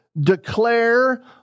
declare